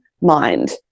mind